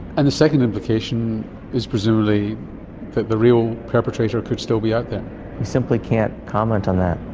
and the second implication is presumably that the real perpetrator could still be out there? i simply can't comment on that.